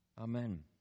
Amen